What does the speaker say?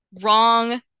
wrong